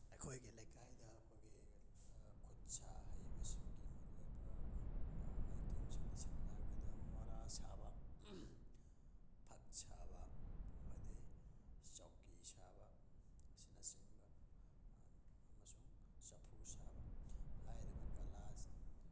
ꯑꯩꯈꯣꯏꯒꯤ ꯂꯩꯀꯥꯏꯗ ꯑꯩꯈꯣꯏꯒꯤ ꯈꯨꯠ ꯁꯥ ꯍꯩꯕꯁꯤꯡꯒꯤ ꯃꯔꯨꯑꯣꯏꯕ ꯑꯥꯏꯇꯦꯝꯁꯤꯡꯗ ꯁꯝꯅ ꯍꯥꯏꯔꯕꯗ ꯃꯣꯔꯥ ꯁꯥꯕ ꯐꯛ ꯁꯥꯕ ꯑꯗꯩ ꯆꯧꯀꯤ ꯁꯥꯕ ꯑꯁꯤꯅꯆꯤꯡꯕ ꯑꯃꯁꯨꯡ ꯆꯐꯨ ꯁꯥꯕ ꯍꯥꯏꯔꯤꯕ ꯀꯂꯥ